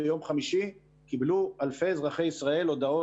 ביום חמישי קיבלו אלפי אזרחי ישראל הודעות